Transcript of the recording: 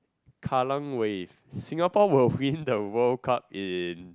Kallang Wave Singapore will win the World Cup in